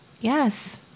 Yes